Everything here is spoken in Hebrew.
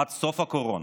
עד סוף הקורונה.